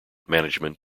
management